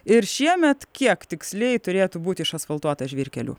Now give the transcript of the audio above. ir šiemet kiek tiksliai turėtų būt išasfaltuota žvyrkelių